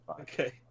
okay